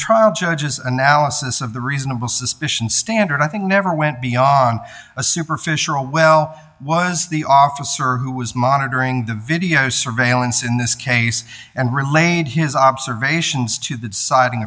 trial judge's analysis of the reasonable suspicion standard i think never went beyond a superficial well was the officer who was monitoring the video surveillance in this case and remained his observations to that siding